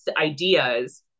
ideas